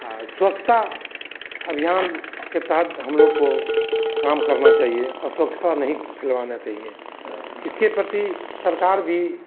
हाँ स्वच्छता अभियान के तहत हम लोगों को काम करना चाहिए अस्वच्छता नहीं फैलाना चाहिए इसके प्रति सरकार भी